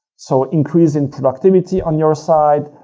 so, increasing productivity on your side,